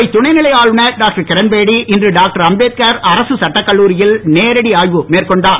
புதுவை துணைநிலை ஆளுநர் டாக்டர் கிரண்பேடி இன்று டாக்டர் அம்பேத்கர் அரசு சட்டக் கல்லூரியில் நேரடி ஆய்வு மேற்கொண்டார்